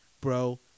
bro